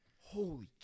Holy